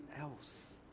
else